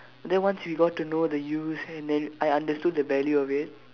then once you got to know the use and then I understood the value of it